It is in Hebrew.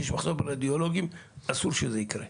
שיש מחסור ברדיולוגים אסור שזה יקרה.